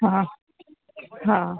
હા હા